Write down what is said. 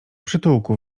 przytułku